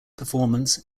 performance